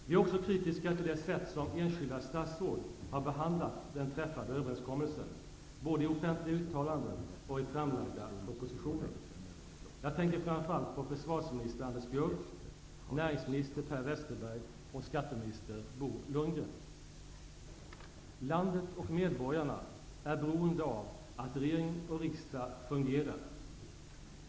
Vi är också kritiska till det sätt som enskilda statsråd har behandlat den träffade överenskommelsen på, både i offentliga uttalanden och i framlagda propositioner. Jag tänker framför allt på försvarsminister Anders Björck, näringsminister Per Westerberg och skatteminister Landet och medborgarna är beroende av att regering och riksdag fungerar.